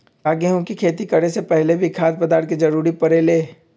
का गेहूं के खेती करे से पहले भी खाद्य पदार्थ के जरूरी परे ले?